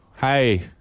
Hey